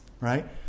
right